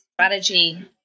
strategy